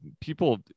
People